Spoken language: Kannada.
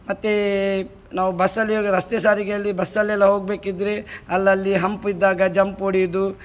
ಮತ್ತು ನಾವು ಬಸ್ಸಲ್ಲಿ ಇವಾಗ ರಸ್ತೆ ಸಾರಿಗೆಯಲ್ಲಿ ಬಸ್ಸಲ್ಲೆಲ್ಲ ಹೋಗಬೇಕಿದ್ರೆ ಅಲ್ಲಲ್ಲಿ ಹಂಪ್ ಇದ್ದಾಗ ಜಂಪ್ ಹೊಡ್ಯೋದು